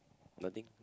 nothing